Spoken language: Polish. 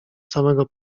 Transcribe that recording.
samego